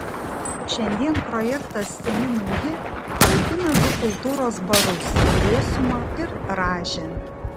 šiandien projektas seni nauji augina du kultūros barus vėsumą ir rąžę